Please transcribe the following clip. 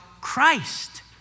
Christ